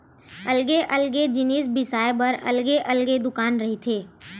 अलगे अलगे जिनिस बिसाए बर अलगे अलगे दुकान रहिथे